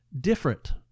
different